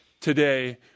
today